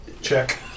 Check